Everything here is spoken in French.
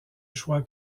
choix